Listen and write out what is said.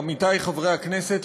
עמיתי חברי הכנסת,